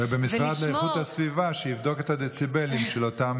ובמשרד לאיכות הסביבה שיבדוק את הדציבלים של אותם